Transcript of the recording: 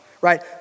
right